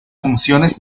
funciones